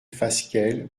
fasquelle